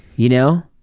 you know?